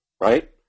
right